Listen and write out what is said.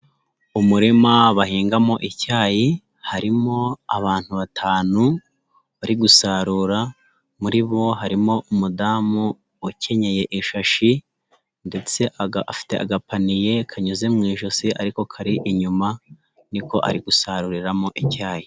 Umurima bahingamo icyayi, harimo abantu batanu bari gusarura, muri bo harimo umudamu ukenyeye ishashi ndetse afite agapaniye kanyuze mu ijosi ari ko kari inyuma, ni ko ari gusaruriramo icyayi.